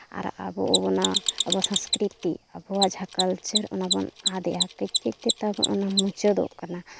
ᱟᱨ ᱟᱵᱚ ᱟᱵᱱᱟᱜ ᱟᱵᱚ ᱥᱚᱥᱠᱨᱤᱛᱤ ᱟᱵᱚᱣᱟᱜ ᱡᱟᱦᱟᱸ ᱠᱟᱞᱪᱟᱨ ᱚᱱᱟ ᱵᱚᱱ ᱟᱫᱮᱜᱼᱟ ᱠᱟᱹᱡ ᱠᱟᱹᱡ ᱛᱟᱵᱚ ᱚᱱᱟ ᱢᱩᱪᱟᱹᱫᱚᱜ ᱠᱟᱱᱟ